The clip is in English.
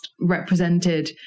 represented